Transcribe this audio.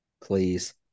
Please